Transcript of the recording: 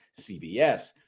CBS